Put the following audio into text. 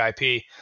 IP